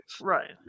Right